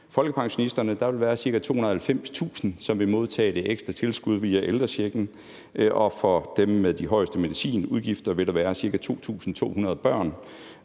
folkepensionisterne vil der være ca. 290.000, som vil modtage det ekstra tilskud via ældrechecken, og for dem med de højeste medicinudgifter vil der være ca. 2.200 børn